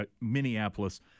Minneapolis